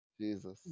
Jesus